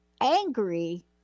angry